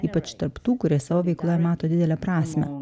ypač tarp tų kurie savo veikloje mato didelę prasmę